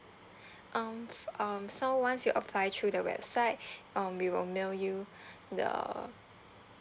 um f~ um so once you apply through the website um we will mail you the